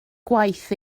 gwaith